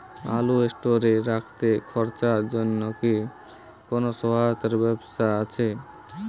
আলু স্টোরে রাখতে খরচার জন্যকি কোন সহায়তার ব্যবস্থা আছে?